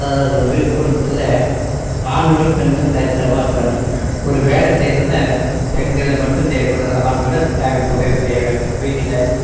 அதாவது வீட்டு குடும்பத்தில் ஆண்கள் பெண்களும் சரி சமமாக இருக்கணும் ஒரு வேலை செய்யறதுன்னா பெண்கள் மட்டும் செய்யக்கூடாது ஆண்களும் அந்த உதவி செய்ய வேணும் வீட்டில்